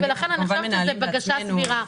ולכן אני חושבת שזו בקשה סבירה.